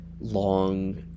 long